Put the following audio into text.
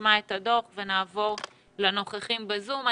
נשמע את הדוח ונעבור לנוכחים בזום.